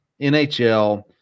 NHL